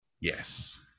yes